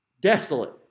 desolate